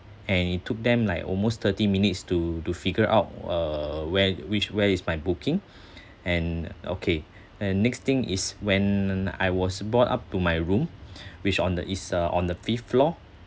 and it took them like almost thirty minutes to to figure out uh where which where is my booking and okay and next thing is when I was brought up to my room which on the it's uh on the fifth floor